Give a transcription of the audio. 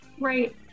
Right